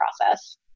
process